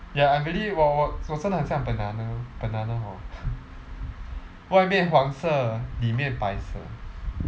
ya I'm really 我我我真的很想 banana banana hor 我海绵黄色你面白色